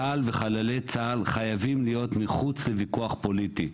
צה"ל וחללי צה"ל חייבים להיות מחוץ לוויכוח פוליטי.